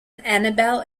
annabel